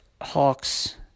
Hawks